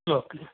hello